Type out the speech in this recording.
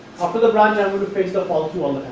after the branch i would fetch the fall